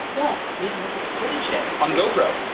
what? we haven't looked at the footage yet on the gopro.